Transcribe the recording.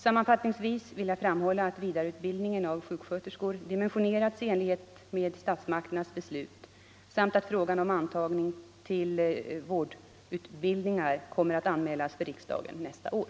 Sammanfattningsvis vill jag framhålla att vidareutbildningen av sjuksköterskor dimensionerats i enlighet med statsmakternas beslut samt att frågan om antagningen till vårdutbildningar kommer att anmälas för riksdagen nästa år.